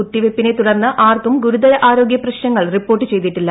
കുത്തിവെപ്പിനെതുടർന്ന് ആർക്കും ഗുരുതര ആരോഗ്യപ്രശ്നങ്ങൾ റിപ്പോർട്ട് ചെയ്തിട്ടില്ല